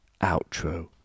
outro